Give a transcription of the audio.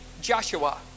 Joshua